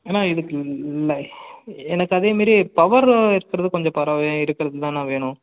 அண்ணா இதுக்கு இல்லை எனக்கு அதே மாதிரி பவரு இருக்கிறது கொஞ்சம் பரவயாக இருக்கிறது தான்ண்ணா வேணும்